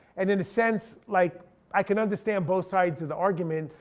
and in a sense like i can understand both sides of the argument.